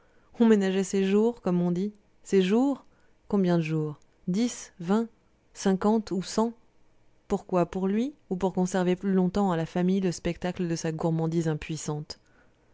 on ménageait ses jours comme on dit ses jours combien de jours dix vingt cinquante ou cent pourquoi pour lui ou pour conserver plus longtemps à la famille le spectacle de sa gourmandise impuissante